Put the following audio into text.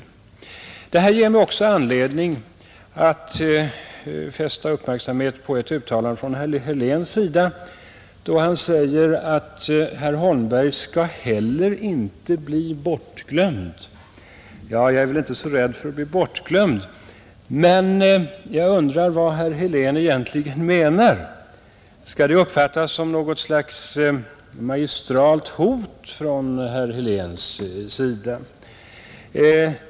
Detta ger mig också anledning att fästa uppmärksamheten på ett uttalande av herr Helén. Han säger att ”herr Holmberg skall heller inte bli bortglömd”. Jag är väl inte så rädd för att bli bortglömd, men jag undrar vad herr Helén egentligen menar. Skall det uppfattas som något slags magistralt hot från herr Heléns sida?